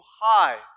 high